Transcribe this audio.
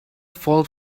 fault